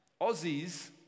Aussies